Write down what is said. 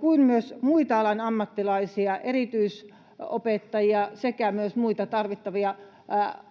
kuin myös muita alan ammattilaisia: erityisopettajia sekä myös muita tarvittavia